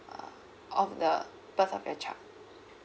uh of the birth of your child